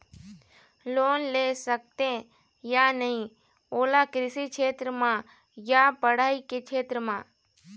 Loan ले सकथे या नहीं ओला कृषि क्षेत्र मा या पढ़ई के क्षेत्र मा?